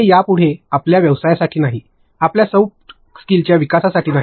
हे यापुढे आपल्या व्यवसायासाठी नाही आपल्या सॉफ्ट कौशल्याच्या विकासासाठी नाही